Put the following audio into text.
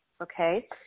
okay